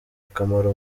akamaro